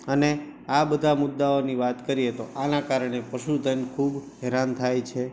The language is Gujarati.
અને આ બધા મુદ્દાઓની વાત કરીએ તો આનાં કારણે પશુધન ખૂબ હેરાન થાય છે